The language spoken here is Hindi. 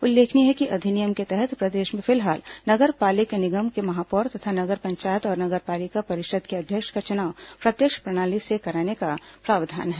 उल्लेखनीय है कि अधिनियम के तहत प्रदेश में फिलहाल नगर पालिक निगम के महापौर तथा नगर पंचायत और नगर पालिका परिषद के अध्यक्ष का चुनाव प्रत्यक्ष प्रणाली से कराने का प्रावधान है